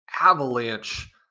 avalanche